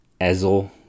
Ezel